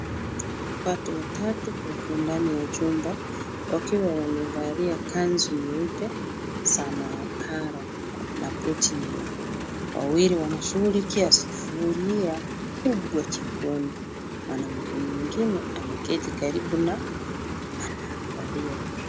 Watu watatu wako ndani ya chumba wakiwa wamevalia kanzu nyeupe za mahabara na koti nyeupe. Wawili wanashughulikia sufuria kubwa jikoni. Mwanamke mwengine ameketi karibu na anaangalia.